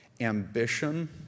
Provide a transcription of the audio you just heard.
ambition